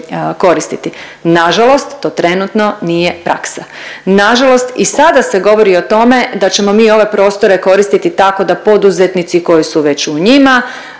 koristiti. Nažalost, to trenutno nije praksa. Nažalost, i sada se govori o tome da ćemo mi ove prostore koristiti tako da poduzetnici koji su već u njima